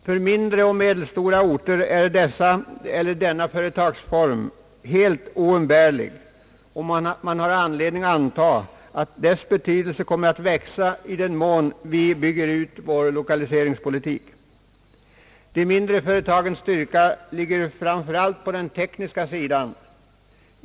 För mindre och medelstora orter är denna företagsform oumbärlig, och man har anledning anta att dess betydelse kommer att växa i den mån vi bygger ut vår lokaliseringspolitik. De mindre företagens styrka ligger framför allt på den tekniska sidan.